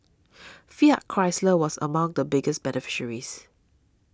Fiat Chrysler was among the biggest beneficiaries